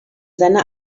seine